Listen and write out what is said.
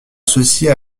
associés